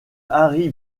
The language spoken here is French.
harry